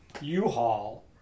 U-Haul